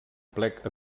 plec